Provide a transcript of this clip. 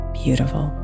beautiful